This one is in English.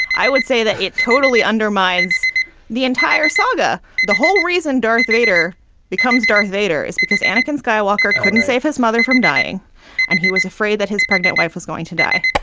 i would say that it totally undermines the entire saga. the whole reason darth vader becomes darth vader is because annacone skywalker couldn't save his mother from dying and he was afraid that his pregnant wife was going to die.